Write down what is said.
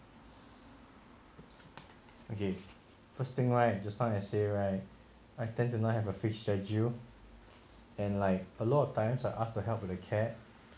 okay first thing right just now I say right I tend to not have a fixed schedule and like a lot of times I ask the help with the cat